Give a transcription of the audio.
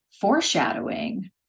foreshadowing